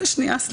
הוא